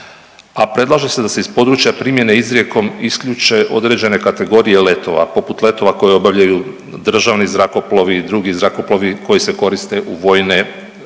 a predlaže se da iz područja primjene izrijekom isključe određene kategorije letova, poput letova koje obavljaju državni zrakoplovi i drugi zrakoplovi koji se koriste u vojne,